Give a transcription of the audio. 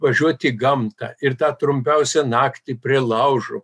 važiuot į gamtą ir tą trumpiausią naktį prie laužo